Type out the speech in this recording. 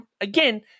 again